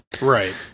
right